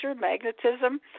magnetism